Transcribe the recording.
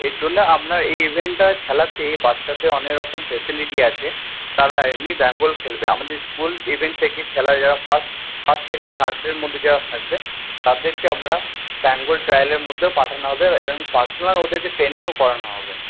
এর জন্য আমরা এই ইভেন্টটা খেলাতে বাচ্চাদের অনেকরকম ফেসিলিটি আছে তারা এমনি বেঙ্গল খেলবে আমাদের স্কুল এই খেলায় যারা ফার্স্ট ফাস্ট সেকেন্ড থার্ডের মধ্যে যারা থাকবে তাদেরকে আমরা বেঙ্গল ট্রায়ালের মধ্যেও পাঠানো হবে এবং পার্সোনাল ওদেরকে ট্রেনিং ও করানো হবে